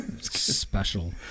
Special